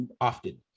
often